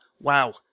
wow